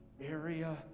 area